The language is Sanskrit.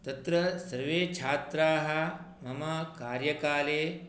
तत्र सर्वे छात्राः मम कार्यकाले